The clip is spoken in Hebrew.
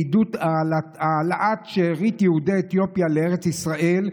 לעידוד העלאת שארית יהודי אתיופיה לארץ ישראל,